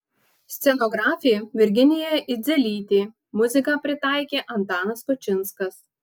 scenografė virginija idzelytė muziką pritaikė antanas kučinskas